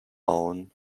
own